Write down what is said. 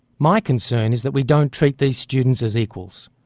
my concern is that we don't treat these students as equals.